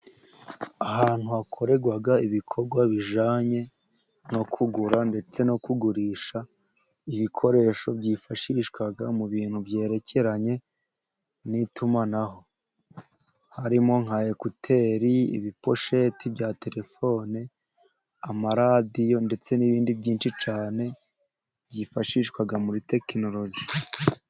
Ahantu hakorerwa ibikorwa bijyanye no kugura ndetse no kugurisha ibikoresho byifashishwa mu bintu byerekeranye n'itumanaho. Harimo nka ekuteri, ibiposheti bya telefone, amaradiyo ndetse n'ibindi byinshi cyane byifashishwa muri tekinoloji.